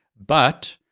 but,